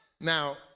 Now